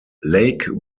lake